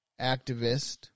activist